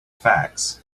facts